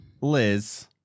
Liz